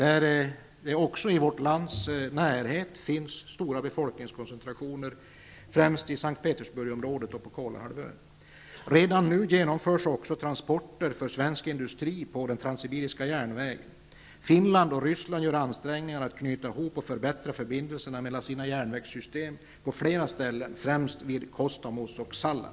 Även österut finns det i vårt lands omedelbara närhet stora befolkningskoncentrationer, främst i S:t Petersburgområdet och på Kolahalvön. Redan nu genomförs också transporter för svensk industri på den transsibiriska järnvägen. Finland och Ryssland gör ansträngningar att knyta ihop och förbättra förbindelserna mellan sina järnvägssystem på flera ställen, främst vid Kostamus och Salla.